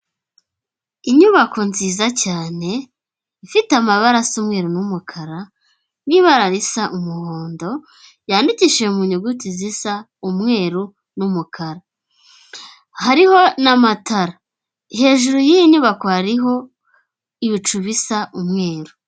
Inyubako nziza cyane ifite amabara asa umweru n'umukara n'ibara risa umuhondo, yandikishijwe mu nyuguti zisa umweru n'umukara. Hariho n'amatara hejuru y'iyi nyubako hariho ibicu bisa umweru.